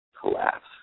collapse